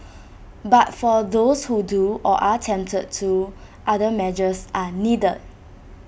but for those who do or are tempted to other measures are needed